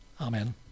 Amen